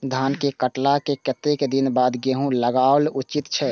धान के काटला के कतेक दिन बाद गैहूं लागाओल उचित छे?